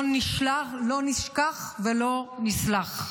לא נשכח לא נסלח,